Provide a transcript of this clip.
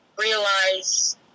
realize